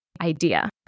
idea